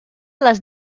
les